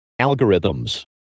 algorithms